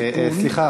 סליחה,